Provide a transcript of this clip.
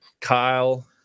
Kyle